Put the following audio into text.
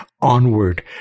onward